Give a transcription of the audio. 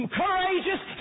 courageous